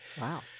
Wow